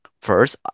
First